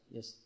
Yes